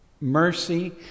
mercy